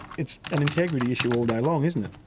it's an integrity issue all day long isn't it.